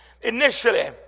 initially